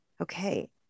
Okay